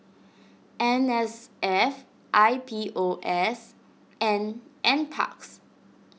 M S F I P O S and NParks